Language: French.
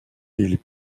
ils